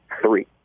three